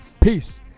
Peace